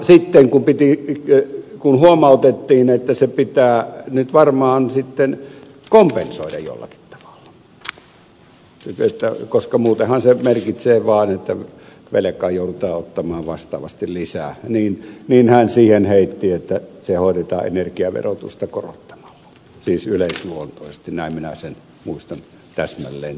sitten kun huomautettiin että se pitää nyt varmaan kompensoida jollakin tavalla koska muutenhan se merkitsee vaan että velkaa joudutaan ottamaan vastaavasti lisää niin hän siihen heitti että se hoidetaan energiaverotusta korottamalla siis yleisluontoisesti näin minä sen muistan täsmälleen tapahtuneen